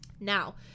Now